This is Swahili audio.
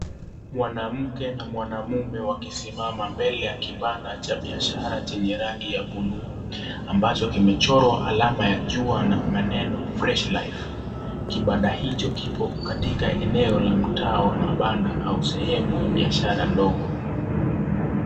Mwanamke na mwanaume wakisimama mbele ya kibanda cha biashara, chenye rangi ya bluu ambacho kimechorwa alama ya jua na maneno " fresh life ". Kibanda hicho kipo katika eneo la mtaa wa mabanda au sehemu ya biashara ndogo.